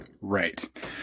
right